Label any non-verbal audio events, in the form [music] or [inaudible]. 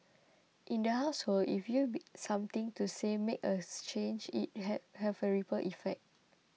in the household if you be something to say make a [noise] change it had have a ripple effect